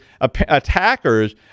attackers